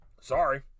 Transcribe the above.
Sorry